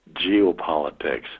geopolitics